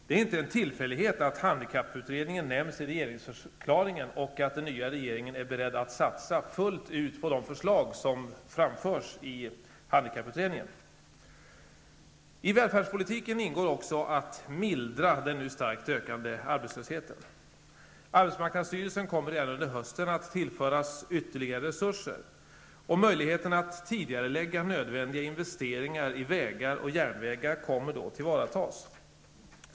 Det är inte en tillfällighet att handikapputredningen nämns i regeringsförklaringen och att den nya regeringen är beredd att satsa fullt ut på de förslag som framställts i denna utredning. I välfärdspolitiken ingår också att mildra den nu starkt ökande arbetslösheten. Arbetsmarknadsstyrelsen kommer redan under hösten att tillföras ytterligare resurser. Möjligheten att tidigarelägga nödvändiga investeringar i vägar och järnvägar kommer då att tillvaratas.